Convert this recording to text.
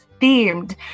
themed